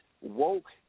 woke